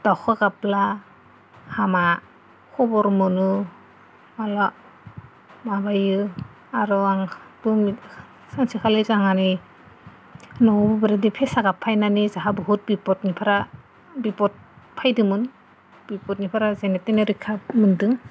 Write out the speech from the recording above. दावखा गाबोब्ला हामा खबर मोनो माबायो आरो आं सानसेखालि जोंहानि न'आव बिदि फेसा गाबफैनानै जोंहा न'आव बहुद बिपद फैदोंमोन बिपदनिफ्राय जेनथेन रैखा मोन्दों